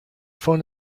phone